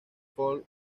folk